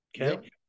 Okay